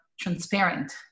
transparent